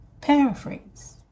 Paraphrase